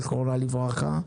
זיכרונה לברכה,